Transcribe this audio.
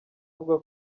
avuga